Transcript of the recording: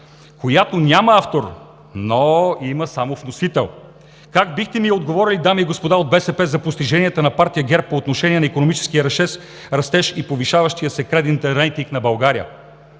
която няма автор, но има само вносител. Как бихте ми отговорили, дами и господа от БСП, за постиженията на партия ГЕРБ по отношение на икономическия растеж и повишаващия се кредитен рейтинг на България?!